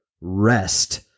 rest